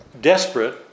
desperate